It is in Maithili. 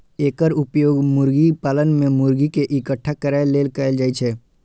एकर उपयोग मुर्गी पालन मे मुर्गी कें इकट्ठा करै लेल कैल जाइ छै